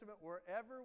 wherever